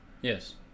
Yes